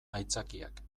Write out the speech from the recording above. aitzakiak